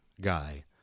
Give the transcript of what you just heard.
guy